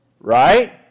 Right